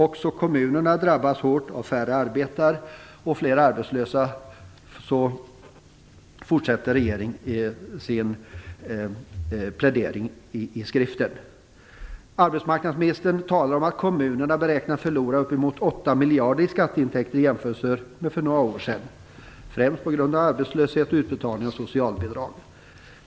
Också kommunerna drabbas hårt av att färre arbetar och flera är arbetslösa, fortsätter regeringen sin plädering i skriften. Arbetsmarknadsministern talar om att kommunerna beräknas förlora uppemot 8 miljarder i skatteintäkter i jämförelse med situationen för några år sedan, främst på grund av arbetslöshet och utbetalning av socialbidrag.